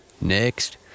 Next